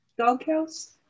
doghouse